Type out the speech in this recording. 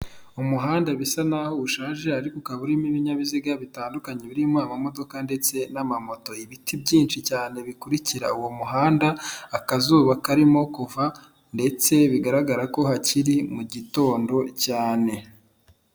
Umuhanda bisa n'aho ushaje ariko ukaba urimo ibinyabiziga bitandukanye birimo amamodoka ndetse n'amamoto. Ibiti byinshi cyane bikurikira uwo muhanda, akazuba karimo kuva ndetse bigaragara ko hakiri mugitondo cyane.